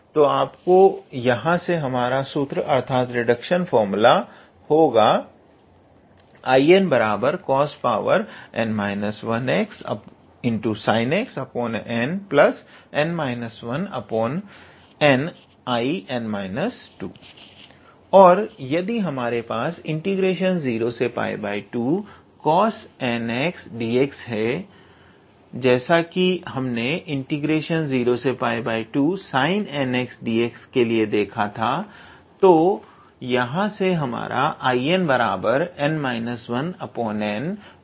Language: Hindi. तो यहां से हमारा सूत्र अर्थात रिडक्शन फार्मूला होगा और यदि हमारे पास 0π2cosnxdx है जैसा कि हमने 02sinnxdx के लिए देखा तो यहां से हमारा 𝐼𝑛 होगा nIn 2